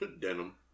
Denim